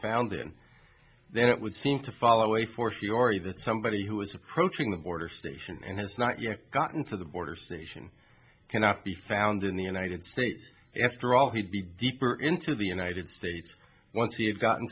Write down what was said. found and then it would seem to follow a force you already that somebody who was approaching the border station and has not yet gotten to the border station cannot be found in the united states after all he'd be deeper into the united states once he had gotten